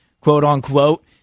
quote-unquote